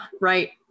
right